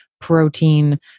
protein